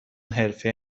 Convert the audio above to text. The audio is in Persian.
حرفه